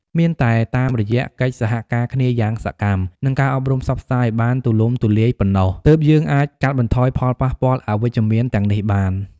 មានតែតាមរយៈកិច្ចសហការគ្នាយ៉ាងសកម្ម និងការអប់រំផ្សព្វផ្សាយឲ្យបានទូលំទូលាយប៉ុណ្ណោះ ទើបយើងអាចកាត់បន្ថយផលប៉ះពាល់អវិជ្ជមានទាំងនេះបាន។